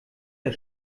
der